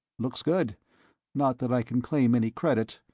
looks good not that i can claim any credit,